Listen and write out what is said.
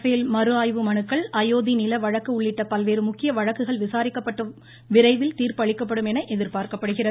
பேல் மறுஆய்வு மனுக்கள் அயோத்தி நில வழக்கு உள்ளிட்ட பல்வேறு முக்கிய வழக்குகள் விசாரிக்கப்பட்டு விரைவில் தீர்ப்பு அளிக்கப்படும் என எதிர்பார்க்கப்படுகிறது